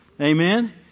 Amen